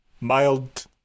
mild